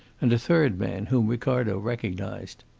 and a third man, whom ricardo recognised.